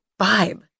vibe